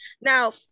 Now